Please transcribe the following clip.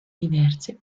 diverse